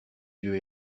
yeux